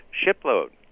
shipload